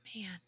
man